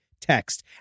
text